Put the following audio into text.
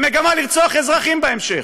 במגמה לרצוח אזרחים בהמשך.